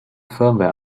firmware